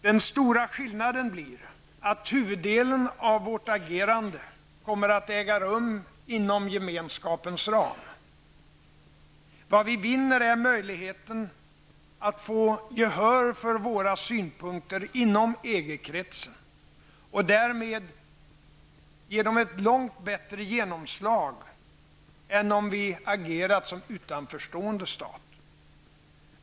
Den stora skillnaden blir att huvuddelen av vårt agerande kommer att äga rum inom Gemenskapens ram. Vad vi vinner är möjligheten att få gehör för våra synpunkter inom EG-kretsen, och därmed ge dem långt bättre genomslag än om vi agerat som utanförstående stat.